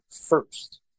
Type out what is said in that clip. first